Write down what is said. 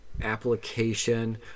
application